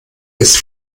ist